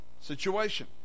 situation